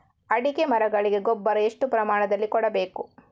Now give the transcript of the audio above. ಅಡಿಕೆ ಮರಗಳಿಗೆ ಗೊಬ್ಬರ ಎಷ್ಟು ಪ್ರಮಾಣದಲ್ಲಿ ಕೊಡಬೇಕು?